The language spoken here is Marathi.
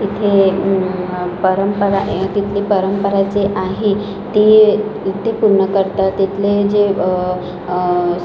तिथे परंपरा आहे आणि तिथली परंपरा जे आहे ती ती पूर्ण करतात तिथले जे